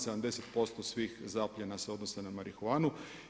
70% svih zapljena se odnosi na marihuanu.